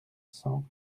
cents